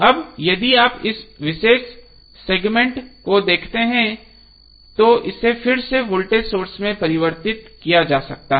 अब यदि आप इस विशेष सेगमेंट को देखते हैं तो इसे फिर से वोल्टेज सोर्स में परिवर्तित किया जा सकता है